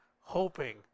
hoping